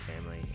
family